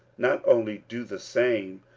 not only do the same,